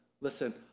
Listen